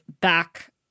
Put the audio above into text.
back